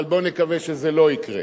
אבל בוא נקווה שזה לא יקרה.